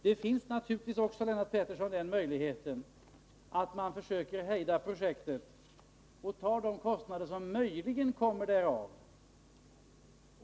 Man har naturligtvis, Lennart Pettersson, också möjligheten att försöka hejda projektet och ta på sig de kostnader som detta kanske för med sig.